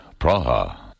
Praha